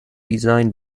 design